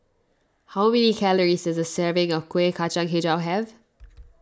how many calories does a serving of Kueh Kacang HiJau have